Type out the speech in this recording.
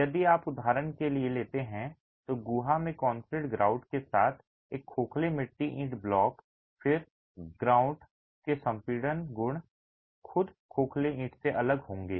यदि आप उदाहरण के लिए लेते हैं तो गुहा में कंक्रीट ग्राउट के साथ एक खोखले मिट्टी ईंट ब्लॉक फिर ग्राउट के संपीड़न गुण खुद खोखले ईंट से अलग होंगे